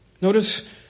Notice